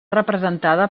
representada